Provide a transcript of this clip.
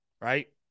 right